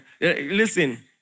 Listen